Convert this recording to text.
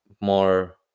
more